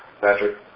Patrick